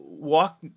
Walk